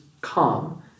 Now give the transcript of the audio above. calm